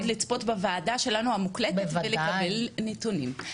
לצפות בוועדה שלנו המוקלטת ולקבל נתונים.